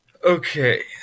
Okay